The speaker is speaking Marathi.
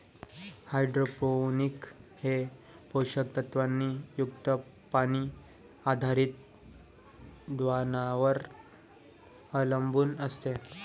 हायड्रोपोनिक्स हे पोषक तत्वांनी युक्त पाणी आधारित द्रावणांवर अवलंबून असते